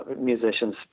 musicians